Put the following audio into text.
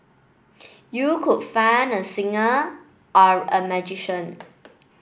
you could find a singer or a magician